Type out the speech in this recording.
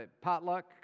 potluck